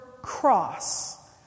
cross